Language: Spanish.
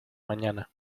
mañana